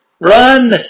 run